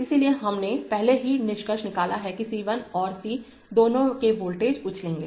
इसलिए हमने पहले ही निष्कर्ष निकाला है कि C 1 और C दोनों के वोल्टेज उछलेंगे